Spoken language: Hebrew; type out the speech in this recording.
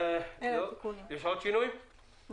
יש עוד שינויים?